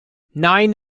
nine